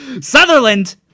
Sutherland